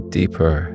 deeper